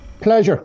Pleasure